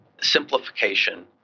simplification